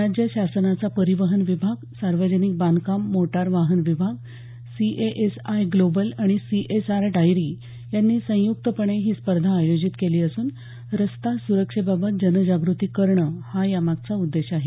राज्य शासनाचा परिवहन विभाग सार्वजनिक बांधकाम मोटार वाहन विभाग सीएएसआय ग्लोबल आणि सीएसआर डायरी यांनी संयुक्तपणे ही स्पर्धा आयोजित केली असून रस्ता सुरक्षेबाबत जनजागृती करणं हा यामागचा उद्देश आहे